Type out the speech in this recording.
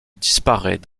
disparaît